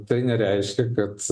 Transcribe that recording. tai nereiškia kad